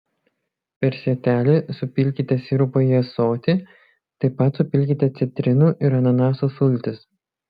per sietelį supilkite sirupą į ąsotį taip pat supilkite citrinų ir ananasų sultis